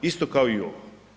Isto kao i ovo.